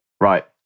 Right